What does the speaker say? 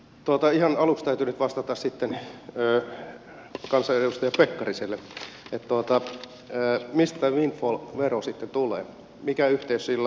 ihan aluksi täytyy nyt vastata kansanedustaja pekkariselle että mistä tämä windfall vero sitten tulee mikä yhteys sillä on päästökauppaan